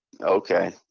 okay